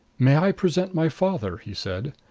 may i present my father? he said.